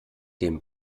den